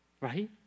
right